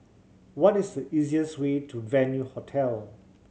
what is the easiest way to Venue Hotel